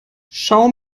schau